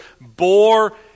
bore